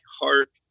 heart